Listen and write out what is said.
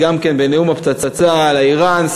חבר הכנסת שטרן,